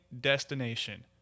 destination